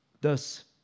Thus